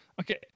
okay